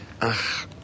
Ach